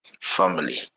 family